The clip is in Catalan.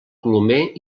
colomer